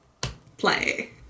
Play